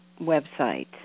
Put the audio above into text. website